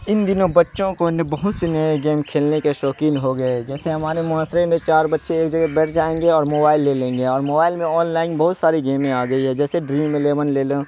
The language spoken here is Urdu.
ان دنوں بچوں کو بہت سے نئے گیم کھیلنے کے شوقین ہو گئے جیسے ہمارے معاشرے میں چار بچے ایک جگہ بیٹھ جائیں گے اور موبائل لے لیں گے اور موبائل میں آن لائن بہت ساری گیمیں آ گئی ہے جیسے ڈریم الیون لے لیں